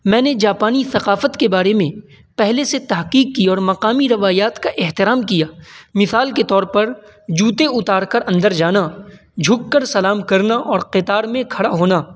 میں نے جاپانی ثقافت کے بارے میں پہلے سے تحقیق کی اور مقامی روایات کا احترام کیا مثال کے طور پر جوتے اتار کر اندر جانا جھک کر سلام کرنا اور قطار میں کھڑا ہونا